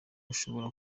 ashobora